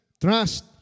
trust